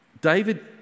David